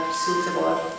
suitable